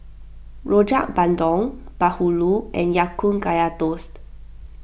Rojak Bandung Bahulu and Ya Kun Kaya Toast